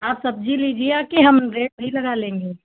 आप सब्जी लीजिए कि हम रेट सही लगा लेंगे